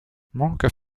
markov